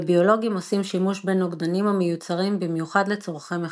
וביולוגים עושים שימוש בנוגדנים המיוצרים במיוחד לצורכי מחקר.